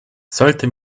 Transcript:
sollte